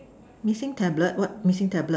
missing tablet what missing tablet